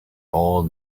all